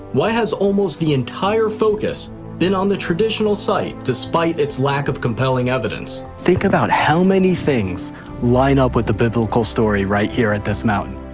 why has almost the entire focus been on the traditional site despite its lack of compelling evidence? think about how many things line up with the biblical story right here at this mountain.